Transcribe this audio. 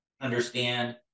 understand